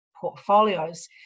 portfolios